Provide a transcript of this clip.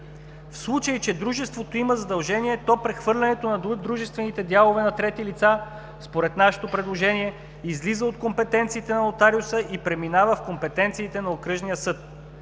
В случай че дружеството има задължение, прехвърлянето на дружествените дялове на трети лица според нашето предложение излиза от компетенциите на нотариуса и преминава в компетенциите на Окръжния съд.